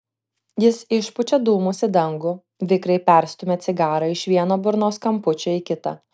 jis išpučia dūmus į dangų vikriai perstumia cigarą iš vieno burnos kampučio į kitą